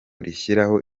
rishyiraho